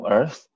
Earth